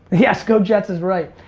yes, go jets is right.